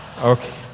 Okay